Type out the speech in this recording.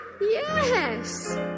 yes